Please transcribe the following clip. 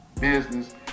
business